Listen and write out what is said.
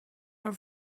are